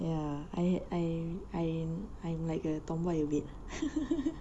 ya I I I I'm like a tomboy a bit